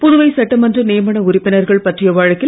புதுவை சட்டமன்ற நியமன உறுப்பினர்கள் பற்றிய வழக்கில்